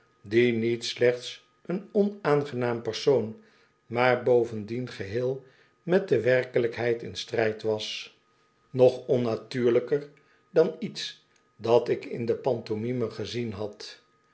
die niet slechts een onaangenaam persoon maar bovendien geheel met de werkelijkheid in strijd was nog onnatuurlijker dan iets dat ik in de pantomime gezien had